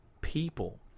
people